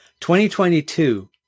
2022